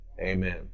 amen